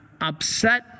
upset